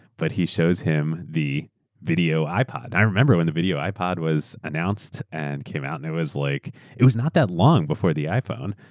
but he shows him the video ipod. i remember when the video ipod was announced and came out. and it was like it was not that long before the iphone,